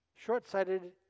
Short-sighted